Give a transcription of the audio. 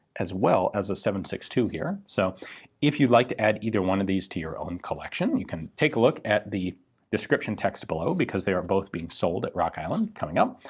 as well as a seven point six two here. so if you'd like to add either one of these to your own collection, you can take a look at the description text below, because they are both being sold at rock island coming up.